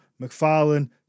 McFarlane